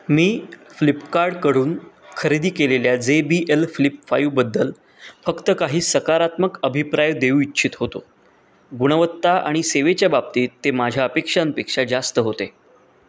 मी फ्लिपकार्डकडून खरेदी केलेल्या जे बी एल फ्लिप फाईवबद्दल फक्त काही सकारात्मक अभिप्राय देऊ इच्छित होतो गुणवत्ता आणि सेवेच्या बाबतीत ते माझ्या अपेक्षांपेक्षा जास्त होते